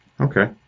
Okay